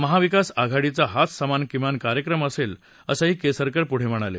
महाविकास आघाडीचा हाच समान किमान कार्यक्रम असेल असंही केसरकर पुढे म्हणाले